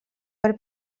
per